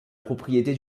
propriété